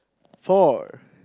for